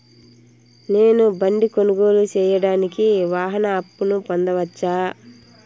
నేను బండి కొనుగోలు సేయడానికి వాహన అప్పును పొందవచ్చా?